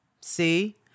See